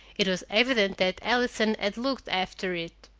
it was evident that allison had looked after it.